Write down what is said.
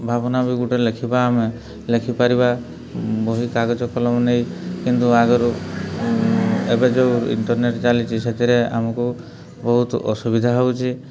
ଭାବନା ବି ଗୋଟେ ଲେଖିବା ଆମେ ଲେଖିପାରିବା ବହି କାଗଜ କଲମ ନେଇ କିନ୍ତୁ ଆଗରୁ ଏବେ ଯୋଉ ଇଣ୍ଟର୍ନେଟ୍ ଚାଲିଛି ସେଥିରେ ଆମକୁ ବହୁତ ଅସୁବିଧା ହେଉଛି